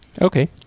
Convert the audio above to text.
Okay